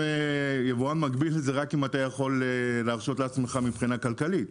יבואן מקביל זה רק אם אתה יכול להרשות לעצמך מבחינה כלכלית.